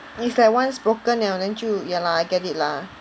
it's like once broken liao then 就 ya lah I get it lah